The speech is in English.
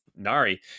Nari